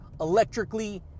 electrically